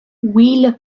wheeler